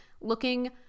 looking